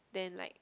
then like